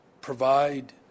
provide